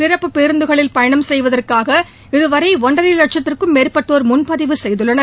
சிறப்புப் பேருந்துகளில் பயணம் செய்வதற்காக இதுவரை ஒன்றரை வட்சத்திற்கும் மேற்பட்டோர் முன்பதிவு செய்துள்ளனர்